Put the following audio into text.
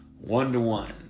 one-to-one